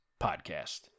Podcast